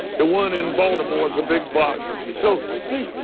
the one in boulder boards, a big bugs. so think